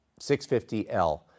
650L